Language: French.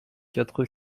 quatre